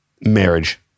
marriage